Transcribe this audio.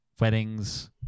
weddings